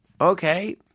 okay